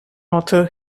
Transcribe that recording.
author